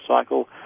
cycle